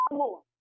more